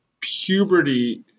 Puberty